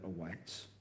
awaits